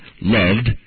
loved